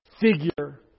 figure